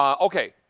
um okay.